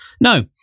No